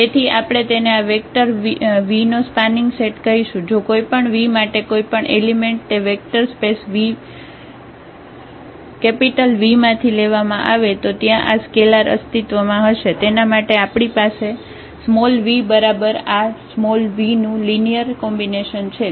તેથી આપણે તેને આ વેક્ટર v નો સ્પાનિંગ સેટ કહીશું જો કોઈ પણ v માટે કોઈપણ એલિમેન્ટ તે વેક્ટર સ્પેસ V માંથી લેવામાં આવે તો ત્યાં આ સ્કેલાર અસ્તિત્વમાં હશે તેના માટે આપણી પાસે v બરાબર આ v નું લિનિયર કોમ્બિનેશન છે